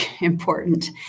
important